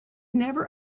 never